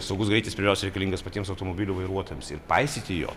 saugus greitis pirmiausia reikalingas patiems automobilių vairuotojams ir paisyti jo